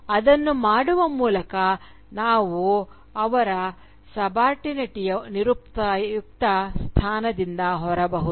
ಅದನ್ನು ಮಾಡುವ ಮೂಲಕ ಅವರು ಸಬಾಲ್ಟರ್ನಿಟಿಯ ನಿರುಪಯುಕ್ತ ಸ್ಥಾನದಿಂದ ಹೊರಬರಬಹುದು